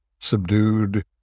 subdued